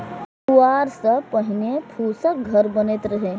पुआर सं पहिने फूसक घर बनैत रहै